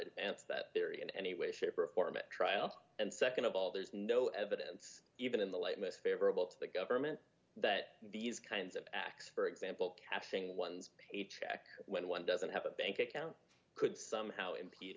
answer that period in any way shape or form a trial and nd of all there's no evidence even in the light most favorable to the government that these kinds of acts for example cashing one's paycheck when one doesn't have a bank account could somehow impede